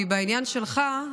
כי בעניין שלך,